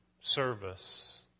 service